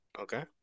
Okay